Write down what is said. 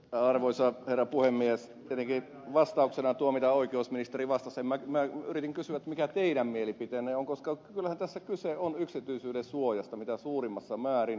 arvoisa puhemies käveli vastauksena tuomita oikeusministeri tietenkin minä yritin kysyä mikä teidän mielipiteenne on koska kyllähän tässä kyse on yksityisyyden suojasta mitä suurimmassa määrin